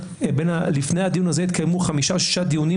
לפני הדיון הזה התקיימו חמישה-שישה דיונים